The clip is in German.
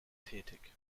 tätig